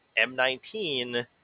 M19